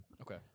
Okay